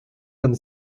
comme